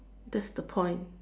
that's the point